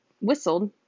whistled